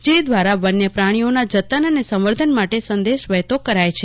જે દ્વારા વન્ય પ્રાણીઓના જતન અને સંવર્ધન માટે સંદેશ વહેતો કરાય છે